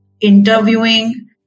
interviewing